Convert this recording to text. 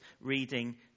reading